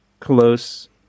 close